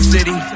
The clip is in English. City